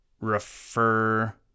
refer